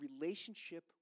relationship